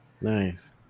Nice